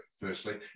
firstly